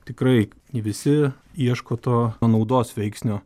tikrai visi ieško to panaudos veiksnio